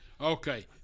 Okay